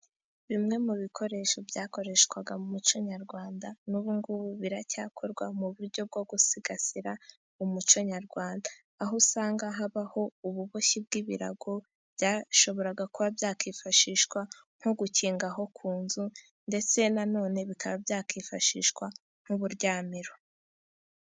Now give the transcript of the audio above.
Bimwe mu bikoresho byakoreshwaga mu muco nyarwanda n'ubu ngubu biracyakorwa, mu buryo bwo gusigasira umuco nyarwanda aho usanga habaho ububoshyi bw'ibirago, byashoboraga kuba byakwifashishwa nko gukingaho ku nzu, ndetse nanone bikaba byakwifashishwa nk'uburyamiro.